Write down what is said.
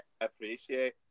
appreciate